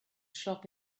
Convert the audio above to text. shop